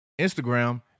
Instagram